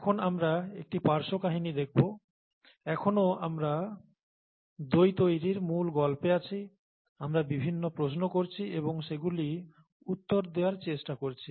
এখন আমরা একটি পার্শ্ব কাহিনী দেখব এখনো আমরা দই তৈরির মূল গল্পে আছি আমরা বিভিন্ন প্রশ্ন করছি এবং সেগুলি উত্তর দেওয়ার চেষ্টা করছি